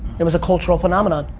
it was a cultural phenomenon.